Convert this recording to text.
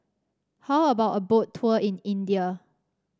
how about a Boat Tour in India